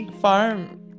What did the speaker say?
farm